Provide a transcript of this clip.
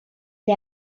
the